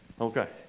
Okay